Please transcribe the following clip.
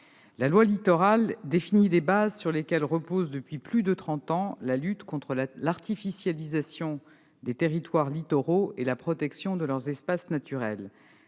La loi Littoral définit les bases sur lesquelles reposent, depuis plus de trente ans, la lutte contre l'artificialisation des territoires littoraux et la protection de leurs espaces naturels.